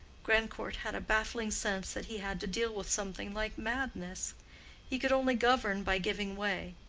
grandcourt had a baffling sense that he had to deal with something like madness he could only govern by giving way.